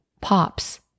pops